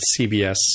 CBS